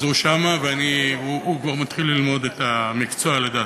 אז הוא שם, והוא כבר מתחיל ללמוד את המקצוע לדעתי.